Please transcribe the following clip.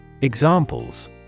Examples